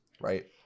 right